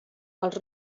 els